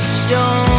stone